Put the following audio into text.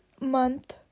month